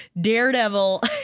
Daredevil